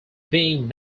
being